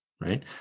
right